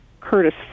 Curtis